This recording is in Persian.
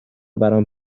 برام